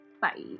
Bye